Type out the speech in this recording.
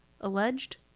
alleged